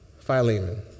Philemon